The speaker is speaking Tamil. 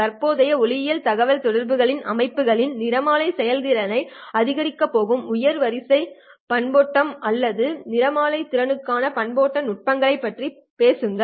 தற்போதைய ஒளியியல் தகவல்தொடர்பு அமைப்புகளின் நிறமாலை செயல்திறனை அதிகரிக்கப் போகும் உயர் வரிசை பண்பேற்றம் அல்லது நிறமாலை திறமையான பண்பேற்றம் நுட்பங்களைப் பற்றி பேசுங்கள்